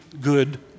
good